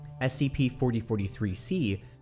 SCP-4043-C